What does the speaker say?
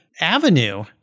Avenue